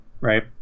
right